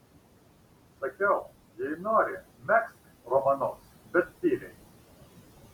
sakiau jei nori megzk romanus bet tyliai